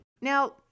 Now